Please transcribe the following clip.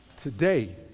Today